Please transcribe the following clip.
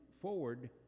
forward